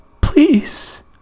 Please